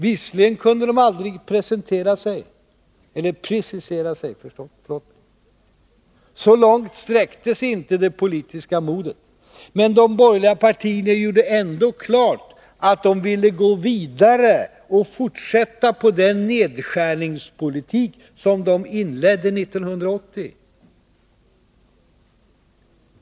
Visserligen kunde de aldrig precisera sig — så långt sträckte sig inte det politiska modet — men de gjorde ändå klart att de ville gå vidare och fortsätta med den nedskärningspolitik som de inledde 1980.